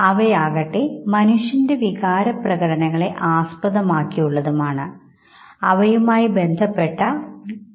അതുകൊണ്ടുതന്നെ ഇത്തരം വൈകാരിക പ്രകടനങ്ങൾ ബോധപൂർവം സാംസ്കാരികമായ സൂചകങ്ങളുടെ അടിസ്ഥാനത്തിൽ തന്നെയാണ് സ്വീകരിക്കുന്നത്